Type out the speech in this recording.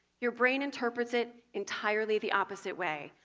your brain interprets it entirely the opposite way.